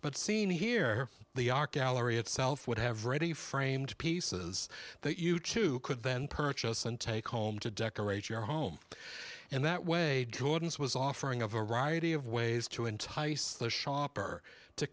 but seen here the ark gallery itself would have ready framed pieces that you too could then purchase and take home to decorate your home and that way jordan's was offering a variety of ways to entice the shopper to